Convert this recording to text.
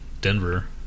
denver